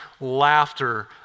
laughter